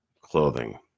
clothing